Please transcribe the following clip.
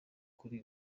kuri